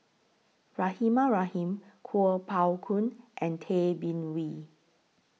Rahimah Rahim Kuo Pao Kun and Tay Bin Wee